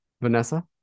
vanessa